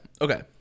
okay